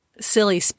silly